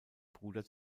bruder